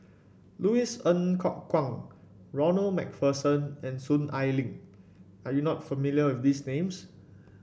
Louis Ng Kok Kwang Ronald MacPherson and Soon Ai Ling are you not familiar with these names